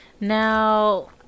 Now